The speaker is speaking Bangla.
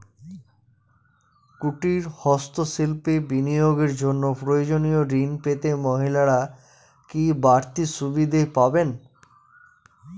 কুটীর ও হস্ত শিল্পে বিনিয়োগের জন্য প্রয়োজনীয় ঋণ পেতে মহিলারা কি বাড়তি সুবিধে পাবেন?